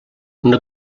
una